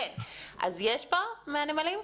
אז יש פה מהנמלים?